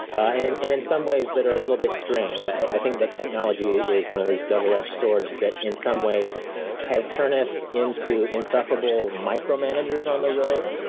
and in and in some ways that are a little bit strange. i think that technology is one of these double edged swords that in some ways has turned us into insufferable micro-managers on the road.